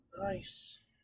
Nice